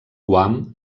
guam